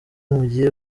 mugiye